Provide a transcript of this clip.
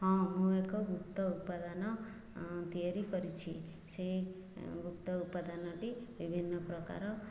ହଁ ମୁଁ ଏକ ଗୁପ୍ତ ଉପାଦାନ ତିଆରି କରିଛି ସେ ଅଁ ଗୁପ୍ତ ଉପାଦାନଟି ବିଭିନ୍ନପ୍ରକାରର